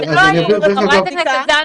אם לא היינו מבצעים את הבדיקה --- ח"כ זנדברג,